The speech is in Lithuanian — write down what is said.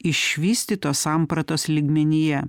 išvystytos sampratos lygmenyje